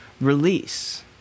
Release